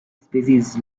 species